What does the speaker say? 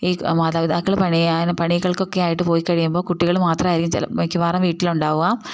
ഈ മാതപിതാക്കൾ പണിയാനും പണികൾകൊക്കെ ആയിട്ട് പോയി കഴിയുമ്പോൾ കുട്ടികൾ മാത്രമായിരിക്കും ചില മിക്കവാറും വീട്ടിലുണ്ടാവുക